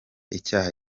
icyaha